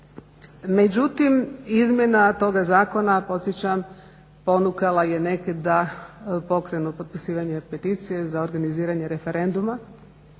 Međutim, izmjena toga zakona podsjećam ponukala je neke da pokrenu potpisivanje peticije za organiziranje referenduma.